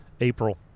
April